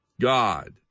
God